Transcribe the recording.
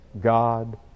God